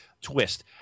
twist